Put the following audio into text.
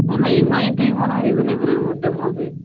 না না এম আইতেই মনে হয় রিজেনেবেলের মধ্যে হবে